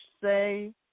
say